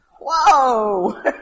Whoa